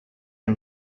him